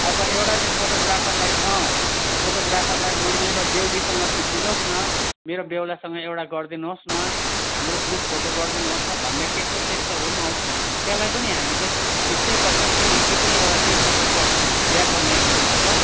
अब एउटा त्यो फोटोग्राफरलाई अँ फोटोग्राफरलाई म मेरो बेहुलीसँग खिचिदिनु होस् न मेरो बेहुलासँग एउटा गरिदिनु होस् न हाम्रो ग्रुप फोटो गरिदिनु होस् न भन्ने त्यस्तो त्यस्तोहरू पनि आउँछ त्यसलाई पनि हामी चाहिँ खिच्नैपर्छ किनभने त्यो पनि एउटा त्यही तपाईँको बिहाको मेमोरी हुन्छ